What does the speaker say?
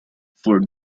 for